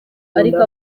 ariko